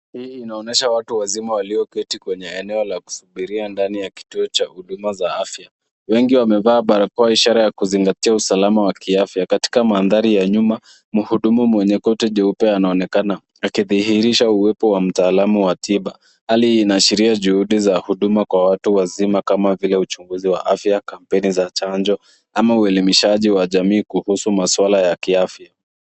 Hii inaonyesha watu wazima waliokusanyika kwenye eneo la kusubiri ndani ya kituo cha huduma za afya. Wengi wamebeba barakoa kwa ishara ya kuzingatia usalama wa kiafya. Katika mandhari ya nyuma, muhudumu anaonekana. Hii kithihirisha uwepo wa wataalamu wa tiba, na hali inashiria juhudi za kutoa huduma kwa watu wazima kama uchunguzi wa afya, kampeni za chanjo, au elimu kwa jamii kuhusu masuala ya kiafya.